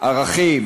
ערכים